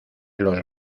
los